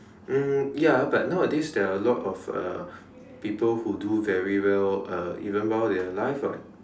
um ya but nowadays there are a lot of uh people who do very well uh even well in their life [what]